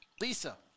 Lisa